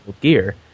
gear